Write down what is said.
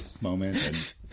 Moment